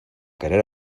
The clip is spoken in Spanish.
querer